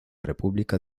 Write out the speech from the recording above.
república